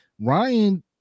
Ryan